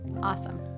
awesome